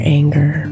anger